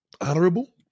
Honorable